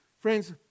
Friends